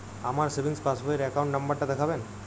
আমার savings passbook র account number টা দেখাবেন?